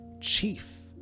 chief